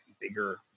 bigger